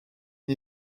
une